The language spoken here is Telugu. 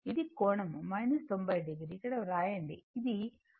ఇది కోణం 90 o ఇక్కడ వ్రాయండి